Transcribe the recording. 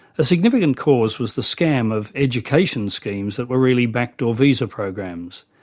a significant cause was the scam of education schemes that were really back-door visa programs,